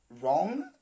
wrong